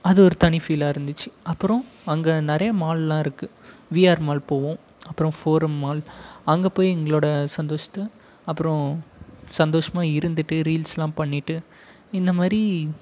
அது ஒரு தனி ஃபீல்லாக இருந்துச்சு அப்புறம் அங்கே நிறைய மாலெலாம் இருக்குது விஆர் மால் போவோம் அப்புறம் ஃபோரம் மால் அங்கே போய் எங்களோட சந்தோஷத்தை அப்புறம் சந்தோஷமாக இருந்துவிட்டு ரீல்ஸ்யெல்லாம் பண்ணிவிட்டு இந்த மாதிரி